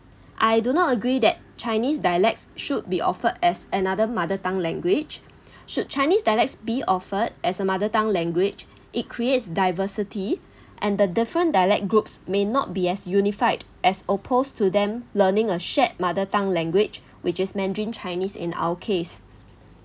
I do not agree that chinese dialects should be offered as another mother tongue language should chinese dialects be offered as a mother tongue language it creates diversity and the different dialect groups may not be as unified as opposed to them learning a shared mother tongue language which is mandarin chinese in our case